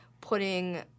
putting